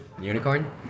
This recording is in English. Unicorn